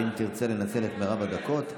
אם תרצה לנצל את מרב הדקות,